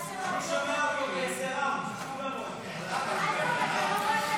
הסתייגות 71 לא נתקבלה.